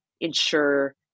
ensure